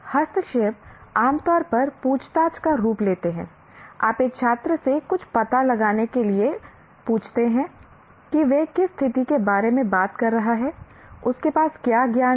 हस्तक्षेप आमतौर पर पूछताछ का रूप लेते हैं आप एक छात्र से कुछ पता लगाने के लिए पूछते हैं कि वह किस स्थिति के बारे में बात कर रहा है उसके पास क्या ज्ञान है